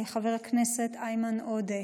חבר הכנסת איימן עודה,